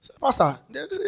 Pastor